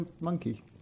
monkey